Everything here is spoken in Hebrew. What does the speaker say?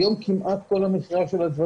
אבל היום כמעט כל המכירה של הדברים